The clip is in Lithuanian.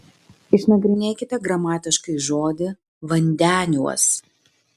išnagrinėkite gramatiškai žodį vandeniuos